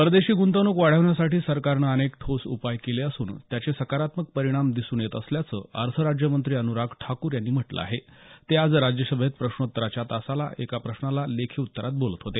परदेशी ग्रंतवणूक वाढवण्यासाठी सरकारनं अनेक ठोस उपाय केले असून त्याचे सकारात्मक परिणाम दिसून येत असल्याचं अर्थ राज्यमंत्री अनुराग ठाकूर यांनी म्हटलं आहे ते आज राज्यसभेत प्रश्नोत्तराच्या तासात एका प्रश्नाच्या लेखी उत्तरात बोलत होते